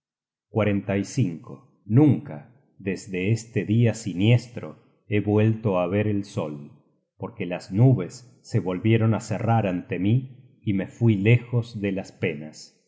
nunca desde este dia siniestro he vuelto á ver el sol porque las nubes se volvieron á cerrar ante mí y me fui lejos de las penas